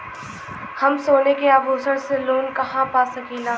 हम सोने के आभूषण से लोन कहा पा सकीला?